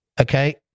Okay